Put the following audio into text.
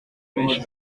benshi